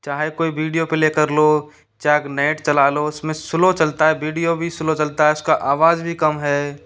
चाहे कोई video play कर लो चाहे नेट चला लो उसमें स्लो चलता है वीडियो भी स्लो चलता है उसका आवाज़ भी कम है